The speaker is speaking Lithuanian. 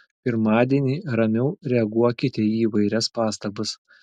pirmadienį ramiau reaguokite į įvairias pastabas